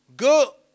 Go